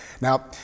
Now